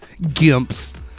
Gimps